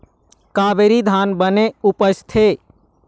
कावेरी धान बने उपजथे?